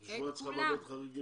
אז בשביל מה את צריכה ועדת חריגים?